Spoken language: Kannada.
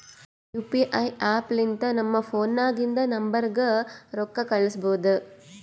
ಯು ಪಿ ಐ ಆ್ಯಪ್ ಲಿಂತ ನಮ್ ಫೋನ್ನಾಗಿಂದ ನಂಬರ್ಗ ರೊಕ್ಕಾ ಕಳುಸ್ಬೋದ್